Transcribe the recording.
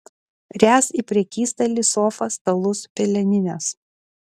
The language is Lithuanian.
ręs į prekystalį sofą stalus pelenines